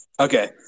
Okay